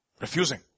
Refusing